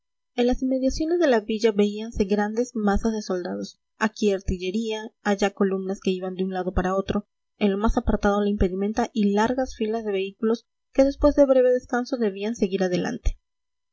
en las inmediaciones de la villa veíanse grandes masas de soldados aquí artillería allá columnas que iban de un lado para otro en lo más apartado la impedimenta y largas filas de vehículos que después de breve descanso debían seguir adelante